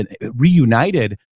reunited